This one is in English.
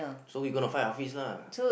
so we going to find our feast lah